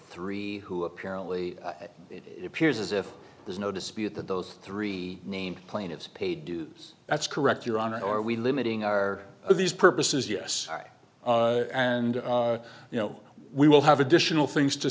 three who apparently it appears as if there's no dispute that those three named plaintiffs pay dues that's correct your honor are we limiting are these purposes yes and you know we will have additional things to